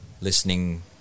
listening